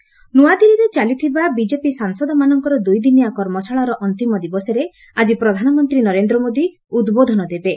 PM workshop ନ୍ତଆଦିଲ୍ଲୀରେ ଚାଲିଥିବା BJP ସାଂସଦମାନଙ୍କର ଦୁଇଦିନିଆ କର୍ମଶାଳାର ଅନ୍ତିମ ଦିବସରେ ଆଜି ପ୍ରଧାନମନ୍ତ୍ରୀ ନରେନ୍ଦ୍ର ମୋଦି ଉଦ୍ବୋଧନ ଦେବେ